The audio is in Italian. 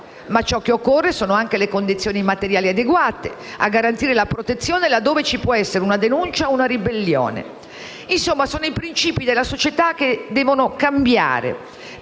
ma ciò che occorre sono anche le condizioni materiali adeguate a garantire la protezione, laddove ci può essere una denuncia o una ribellione. Insomma, sono i principi della società che devono cambiare,